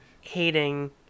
hating